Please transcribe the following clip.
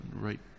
Right